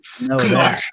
no